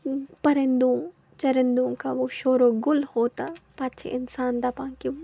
پرندو چَرن دو کا وہ شورو گُل ہوتا پتہٕ چھِ اِنسان دَپان کہ